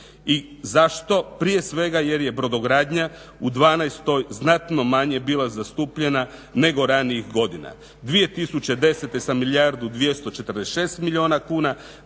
I zašto? Prije svega jer je brodogradnja u 2012. znatno manje bila zastupljena nego ranijih godina. 2010. sa milijardu 246 milijuna kuna,